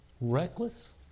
Reckless